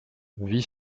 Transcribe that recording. vit